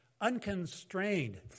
unconstrained